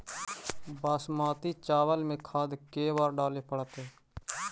बासमती चावल में खाद के बार डाले पड़तै?